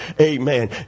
Amen